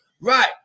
Right